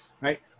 right